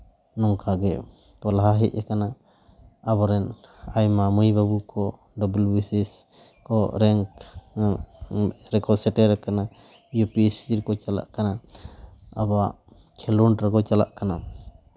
ᱱᱚᱝᱠᱟ ᱜᱮ ᱠᱚ ᱞᱟᱦᱟ ᱦᱮᱡ ᱠᱟᱱᱟ ᱟᱵᱚᱨᱮᱱ ᱟᱭᱢᱟ ᱢᱟᱹᱭ ᱵᱟᱹᱵᱩ ᱠᱚ ᱰᱟᱵᱞᱩᱵᱤᱥᱮᱥ ᱠᱚ ᱨᱮᱝᱠ ᱨᱮᱠᱚ ᱥᱮᱴᱮᱨ ᱠᱟᱱᱟ ᱤᱭᱩ ᱯᱤ ᱥᱤ ᱨᱮᱠᱚ ᱪᱟᱞᱟᱜ ᱠᱟᱱᱟ ᱟᱵᱚᱣᱟᱜ ᱠᱷᱮᱞᱳᱰ ᱨᱮᱠᱚ ᱪᱟᱞᱟᱜ ᱠᱟᱱᱟ